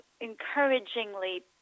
encouragingly